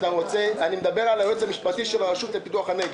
אני מדבר על היועץ המשפטי של הרשות לפיתוח הנגב.